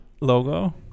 logo